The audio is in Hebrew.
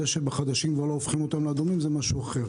זה שבחדשים כבר לא הופכים אותם לאדומים זה משהו אחר.